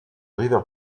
river